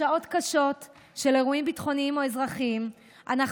בשעות קשות של אירועים ביטחוניים או אזרחיים אנחנו